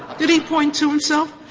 did he point to himself?